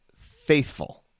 faithful